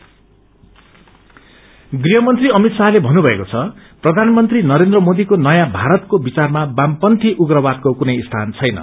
terrorist गृहमन्त्री अमित शाहले भन्नुभएको छ प्रधानमन्त्री नेरन्त्र मोदीको नयाँ भारतको विचारमा वामपन्थी उख्रवादको कुनै स्थान छैन